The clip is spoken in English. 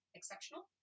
exceptional